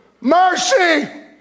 Mercy